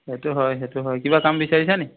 সেইটো হয় সেইটো হয় কিবা কাম বিচাৰিছা নি